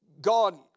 God